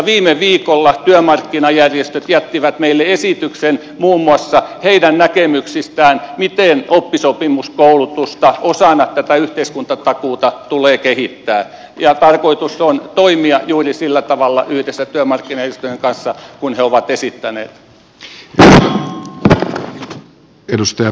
viime viikolla työmarkkinajärjestöt jättivät meille esityksen muun muassa heidän näkemyksistään miten oppisopimuskoulutusta osana tätä yhteiskuntatakuuta tulee kehittää ja tarkoitus on toimia juuri sillä tavalla yhdessä työmarkkinajärjestöjen kanssa kuin he ovat esittäneet